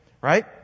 right